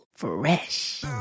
fresh